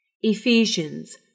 Ephesians